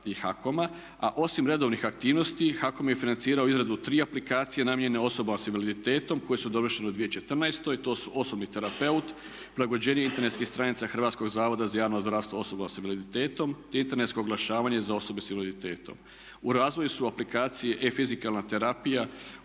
i HAKOM-a, a osim redovnih aktivnosti HAKOM je financirao izradu tri aplikacije namijenjene osobama sa invaliditetom koje su dovršene u 2014. To su osobni terapeut, prilagođenje internetskih stranica Hrvatskog zavoda za javno zdravstvo osoba s invaliditetom, te internetsko oglašavanje za osobe sa invaliditetom. U razvoju su aplikacije E fizikalna terapija